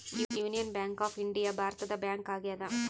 union bank of India ಭಾರತದ bank ಆಗ್ಯಾದ